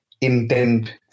intent